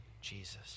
Jesus